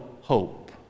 hope